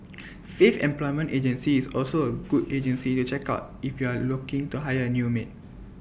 faith employment agency is also A good agency to check out if you are looking to hire A new maid